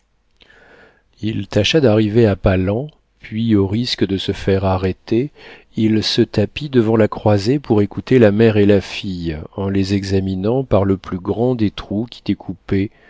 il tâcha d'arriver à pas lents puis au risque de se faire arrêter il se tapit devant la croisée pour écouter la mère et la fille en les examinant par le plus grand des trous qui découpaient